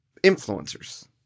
influencers